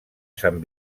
sant